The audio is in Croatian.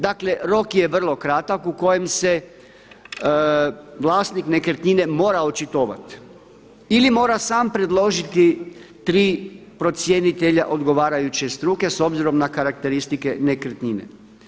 Dakle, rok je vrlo kratak u kojem se vlasnik nekretnine mora očitovati ili mora sam predložiti tri procjenitelja odgovarajuće struke s obzirom na karakteristike nekretnine.